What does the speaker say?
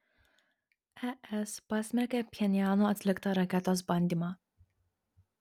es pasmerkė pchenjano atliktą raketos bandymą